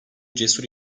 cesur